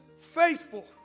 faithful